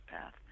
path